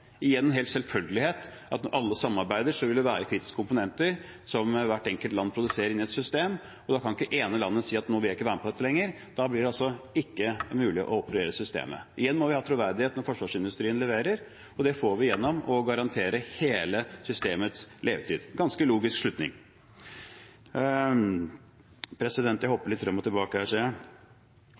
Når alle samarbeider, vil det være kritiske komponenter som hvert enkelt land produserer inn i et system, og da kan ikke det ene landet si at nå vil jeg ikke være med på dette lenger. Da blir det ikke mulig å operere systemet. Igjen må vi ha troverdighet når forsvarsindustrien leverer. Det får vi gjennom å garantere hele systemets levetid – en ganske logisk slutning. Jeg hopper litt frem og tilbake,